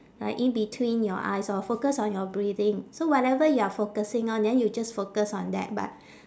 like in between your eyes orh focus on your breathing so whatever you are focusing on then you just focus on that but